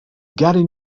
gary